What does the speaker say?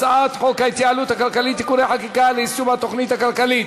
הצעת חוק ההתייעלות הכלכלית (תיקוני חקיקה ליישום התוכנית הכלכלית